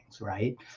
right